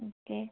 okay